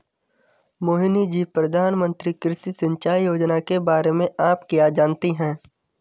मोहिनी जी, प्रधानमंत्री कृषि सिंचाई योजना के बारे में आप क्या जानती हैं?